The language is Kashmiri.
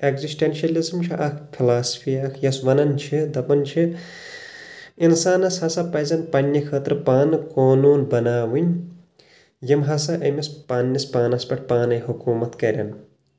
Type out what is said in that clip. ایٚگزسٹٮ۪نشلزم چھُ اکھ فلاسفی اکھ یۄس ونان چھِ دپان چھِ انسانس ہسہ پزَن پننہِ خٲطرٕ پانہٕ قونون بناوٕنۍ یِم ہسا أمِس پننِس پانس پٮ۪ٹھ پانے حکومت کرَن